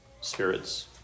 spirits